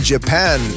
Japan